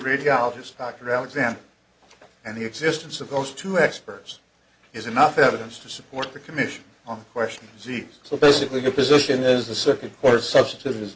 radiologist dr alexander and the existence of those two experts is enough evidence to support the commission on question z so basically your position is the second or substitute is